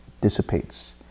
dissipates